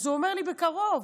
הוא אומר לי: בקרוב,